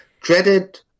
Dreaded